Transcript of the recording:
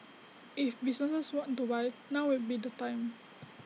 if businesses want to buy now would be the time